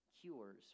cures